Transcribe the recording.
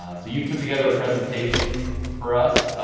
ah so you've put together a presentation for us.